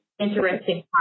interesting